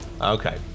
Okay